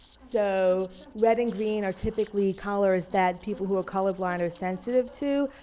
so red and green are typically colors that people who are color blind are sensitive to,